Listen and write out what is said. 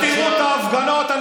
בואו תראו את ההפגנות.